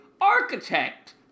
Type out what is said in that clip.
Architect